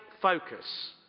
focus